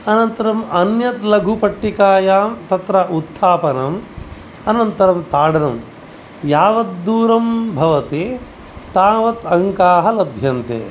अनन्तरम् अन्यत् लघु पट्टिकायां तत्र उत्थापनं अनन्तरं ताडनं यावद्दूरं भवति तावत् अङ्काः लभ्यन्ते